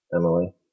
Emily